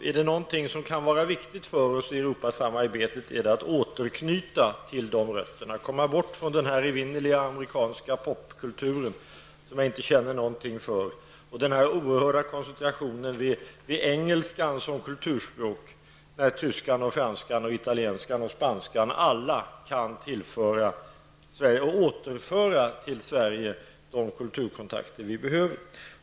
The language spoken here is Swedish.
Är det någonting som kan vara viktigt för oss i Europasamarbetet, så är det att återknyta till de rötterna, att komma bort från den evinnerliga amerikanska popkulturen, som jag inte känner någonting för, och den oerhörda koncentrationen vid engelskan som kulturspråk, när tyskan, franskan, italienskan och spanskan alla kan återföra till Sverige de kulturkontakter vi behöver.